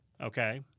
Okay